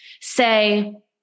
say